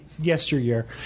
yesteryear